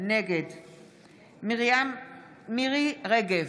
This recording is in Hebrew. אנחנו מדברים על החוק הנורבגי,